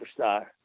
Superstar